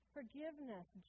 Forgiveness